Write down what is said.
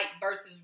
versus